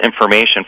information